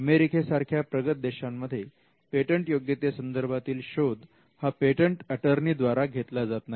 अमेरिकेसारख्या प्रगत देशांमध्ये पेटंट योग्यते संदर्भातील शोध हा पेटंट एटर्नी द्वारा घेतला जात नाही